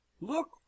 look